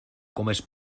comes